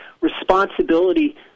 responsibility